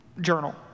journal